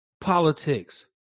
politics